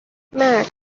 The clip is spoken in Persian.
مرد